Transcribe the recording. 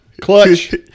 Clutch